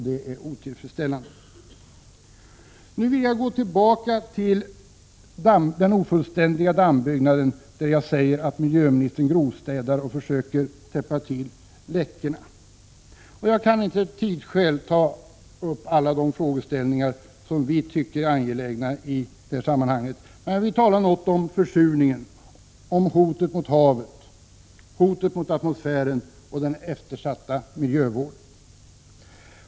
Detta är otillfredsställande. Nu vill jag gå tillbaka till den ofullständiga dammbyggnaden, där jag säger att mi inistern grovstädar och försöker täppa till läckorna. Jag kan av tidsskäl inte ta upp alla de frågeställningar som vi tycker är angelägna i detta sammanhang. Men jag vill tala något om försurningen, hotet mot havet, hotet mot atmosfären och den eftersatta miljövården.